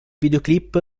videoclip